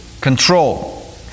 control